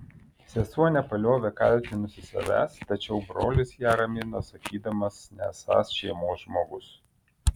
sesuo nepaliovė kaltinusi savęs tačiau brolis ją ramino sakydamas nesąs šeimos žmogus